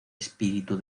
espíritu